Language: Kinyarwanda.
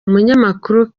umunyamakuru